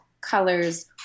colors